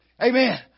Amen